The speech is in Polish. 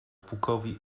pukowi